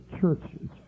churches